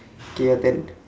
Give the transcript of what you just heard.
K your turn